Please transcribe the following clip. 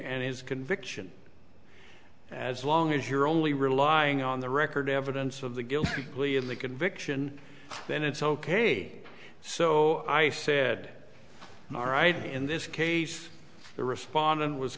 and his conviction as long as you're only relying on the record evidence of the guilty plea in the conviction then it's ok so i said all right in this case the respondent was